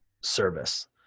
service